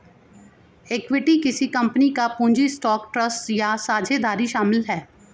equity किसी company का पूंजी स्टॉक ट्रस्ट या साझेदारी शामिल है